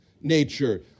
nature